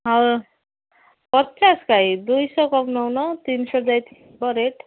ହଉ ପଚାଶ କାଇଁ ଦୁଇଶହ କମ୍ ନେଉନ ତିନିଶହ ଯାଇଥିବ ରେଟ୍